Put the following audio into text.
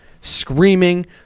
screaming